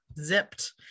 zipped